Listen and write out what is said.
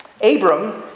Abram